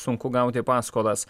sunku gauti paskolas